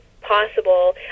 possible